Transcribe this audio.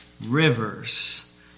rivers